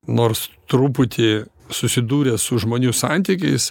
nors truputį susidūręs su žmonių santykiais